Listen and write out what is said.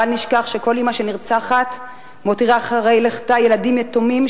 בל נשכח שכל אמא שנרצחת מותירה אחרי לכתה ילדים יתומים,